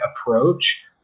approach